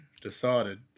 decided